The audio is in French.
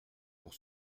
pour